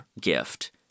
gift